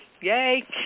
yay